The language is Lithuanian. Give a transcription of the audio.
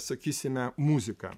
sakysime muzika